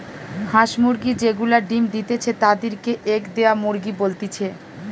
হাঁস মুরগি যে গুলা ডিম্ দিতেছে তাদির কে এগ দেওয়া মুরগি বলতিছে